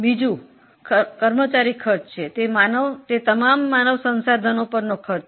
બીજું કર્મચારી ખર્ચ છે તે માનવ સંસાધન ખર્ચ પણ છે